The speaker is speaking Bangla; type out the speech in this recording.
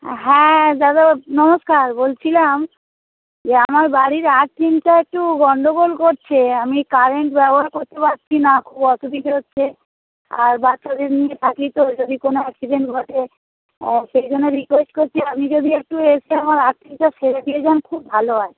হ্যাঁ দাদা নমস্কার বলছিলাম যে আমার বাড়ির আর্দিংটা একটু গন্ডগোল করছে আমি কারেন্ট ব্যবহার করতে পারছি না খুব অসুবিধে হচ্ছে আর বাচ্চাদের নিয়ে থাকি তো যদি কোনো অ্যাক্সিডেন্ট ঘটে সেই জন্য রিকোয়েস্ট করছি আপনি যদি একটু এসে আমার আর্দিংটা সেরে দিয়ে যান খুব ভালো হয়